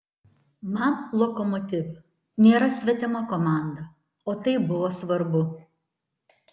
man lokomotiv nėra svetima komanda o tai buvo svarbu